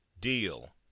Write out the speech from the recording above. deal